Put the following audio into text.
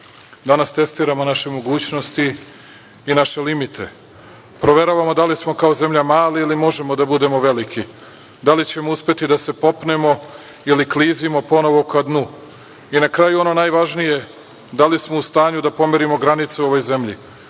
Danas testiramo naše mogućnosti i naše limite, proveravamo da li smo kao zemlja mali ili možemo da budemo veliki, da li ćemo uspeti da se popnemo ili klizimo ponovo ka dnu i na kraju ono najvažnije – da li smo u stanju da pomerimo granice u ovoj zemlji,